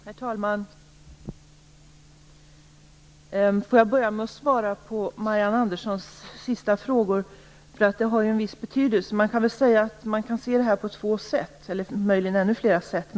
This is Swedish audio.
Herr talman! Jag skall börja med att svara på Marianne Anderssons sistnämnda frågor, för de har ju en viss betydelse. Man kan se det på två sätt, eller möjligen på ännu flera sätt.